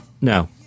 No